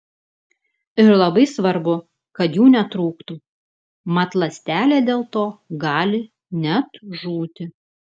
ir labai svarbu kad jų netrūktų mat ląstelė dėl to gali net žūti